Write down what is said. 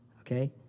okay